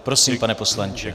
Prosím, pane poslanče.